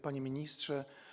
Panie Ministrze!